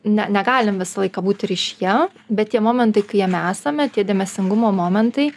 ne negalim visą laiką būti ryšyje bet tie momentai kai jame esame tie dėmesingumo momentai